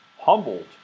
Humbled